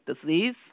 disease